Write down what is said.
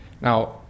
Now